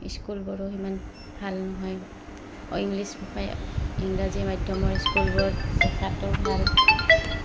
স্কুলবোৰো সিমান ভাল নহয় ইংলিছ ইংৰাজী মাধ্যমৰ স্কুলবোৰ ভাষাটো ভাল